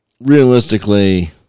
realistically